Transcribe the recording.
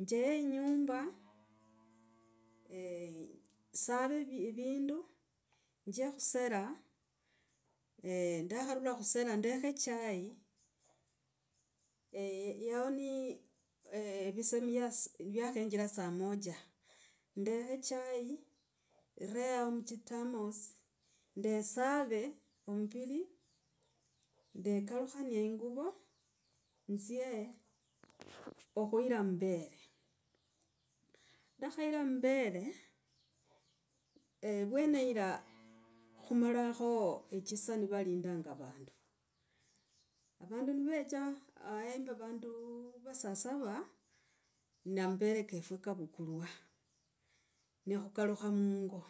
njeye inyumba, eeh savie vindu, nje khusera, ndakharula khusera ndekhe chai, yahoo ni, visa vyakhenjira saa moja ndekhe chai, rehe yahoo muchithamos, ndesave omumbiri, ndekalukhanie einguvo nzye okhuira amabere. Ndakhayira mabere, vwene ira khumalakho echisaa nivalindanga vandu. avandu nivechaa aembi vandu vas saba na mabere kefwe kavukulwa. Nekhukalukha mungo.